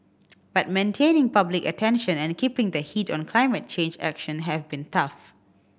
but maintaining public attention and keeping the heat on climate change action have been tough